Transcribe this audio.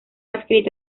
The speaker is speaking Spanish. escrito